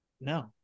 No